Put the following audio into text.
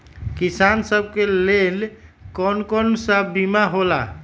किसान सब के लेल कौन कौन सा बीमा होला?